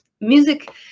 music